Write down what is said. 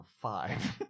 five